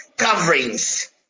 Coverings